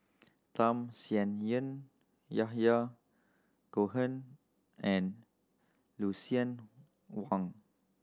Tham Sien Yen Yahya Cohen and Lucien Wang